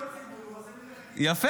מקבל פניות ציבור ועושה מזה --- יפה,